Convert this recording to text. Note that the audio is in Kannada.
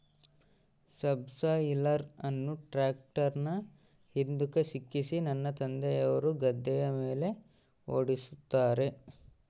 ಸಬ್ಸಾಯಿಲರ್ ಅನ್ನು ಟ್ರ್ಯಾಕ್ಟರ್ನ ಹಿಂದುಕ ಸಿಕ್ಕಿಸಿ ನನ್ನ ತಂದೆಯವರು ಗದ್ದೆಯ ಮೇಲೆ ಓಡಿಸುತ್ತಾರೆ